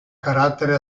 carattere